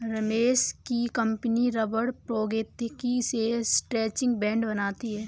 रमेश की कंपनी रबड़ प्रौद्योगिकी से स्ट्रैचिंग बैंड बनाती है